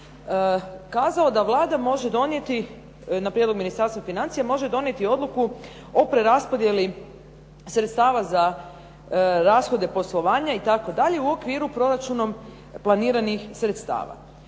kazao da Vlada može donijeti na prijedlog Ministarstva financija može donijeti odluku o preraspodjeli sredstava za rashode poslovanja itd. u okviru proračunom planiranih sredstava.